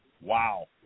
Wow